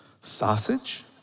sausage